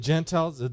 Gentiles